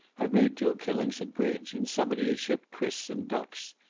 i've made two killings at bridge, and somebody has shipped chris some ducks.